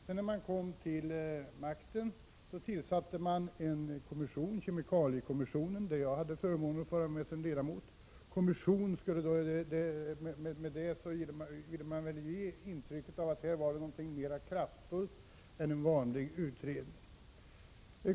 När socialdemokraterna sedan kom till makten, tillsatte de kemikaliekommissionen, där jag hade förmånen att vara med som ledamot. Med ordet kommission ville man väl ge intryck av att det var något mera kraftfullt än en vanlig utredning.